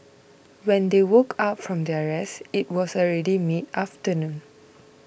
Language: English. when they woke up from their rest it was already mid afternoon